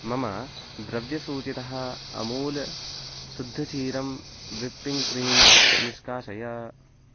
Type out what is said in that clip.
मम द्रव्यसूचितः अमूल् शुद्धक्षीरं विप्पिङ्ग् क्रीम् निष्कासय